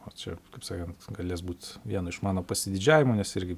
o čia kaip sakant galės būt vienu iš mano pasididžiavimų nes irgi